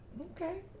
Okay